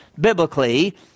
biblically